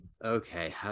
Okay